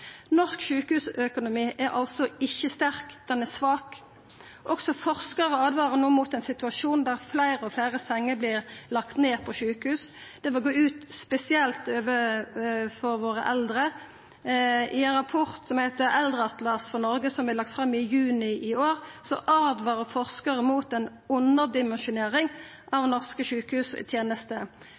Norsk sjukehusøkonomi er altså ikkje sterk – han er svak. Også forskarar åtvarar no mot ein situasjon der fleire og fleire senger vert lagde ned på sjukehus. Det vil spesielt gå ut over våre eldre. I ein rapport som heiter Eldrehelseatlas for Norge, som vart lagd fram i juni i år, åtvarar forskarar mot ei underdimensjonering av norske sjukehustenester.